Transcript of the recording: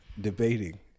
debating